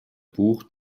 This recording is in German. buch